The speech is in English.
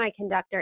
semiconductor